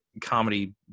comedy